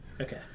Okay